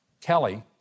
Kelly